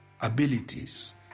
abilities